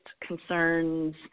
concerns